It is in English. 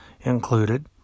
included